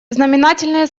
знаменательные